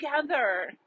together